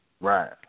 Right